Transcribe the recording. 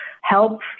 help